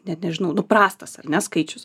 net nežinau nu prastas ar ne skaičius